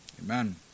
Amen